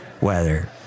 weather